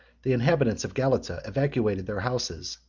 the inhabitants of galata evacuated their houses,